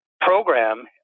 program